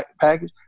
package